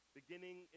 beginning